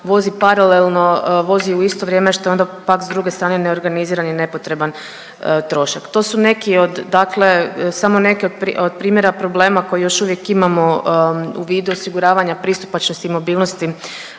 vozi paralelno, vozi u isto vrijeme što je onda pak s druge strane neorganizirani i nepotreban trošak. To su neki od dakle samo neki od primjera problema koje još uvijek imamo u vidu osiguravanja pristupačnosti i mobilnosti